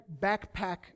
backpack